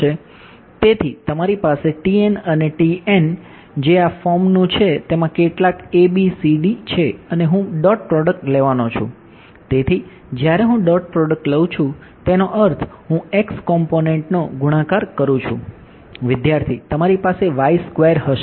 તેથી તમારી પાસે અને જે આ ફોર્મ નો ગુણાકાર કરું છું વિદ્યાર્થી તમારી પાસે હશે